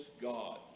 God